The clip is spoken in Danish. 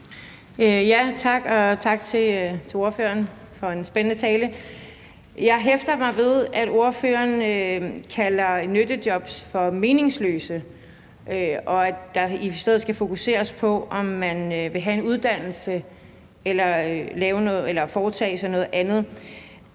tak til ordføreren for en spændende tale. Jeg hæfter mig ved, at ordføreren kalder nyttejobs for meningsløse, og at der i stedet skal fokuseres på, om man vil have en uddannelse eller foretage sig noget andet.